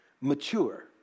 mature